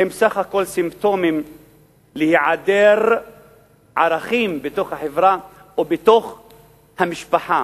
הם בסך הכול סימפטומים להיעדר ערכים בתוך החברה ובתוך המשפחה.